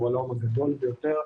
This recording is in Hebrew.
שהוא האולם הגדול ביותר,